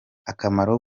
akamaro